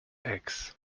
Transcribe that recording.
eggs